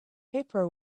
paper